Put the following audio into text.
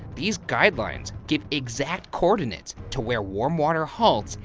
these guidelines give exact coordinates to where warm water halts,